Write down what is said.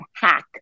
hack